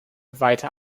weiter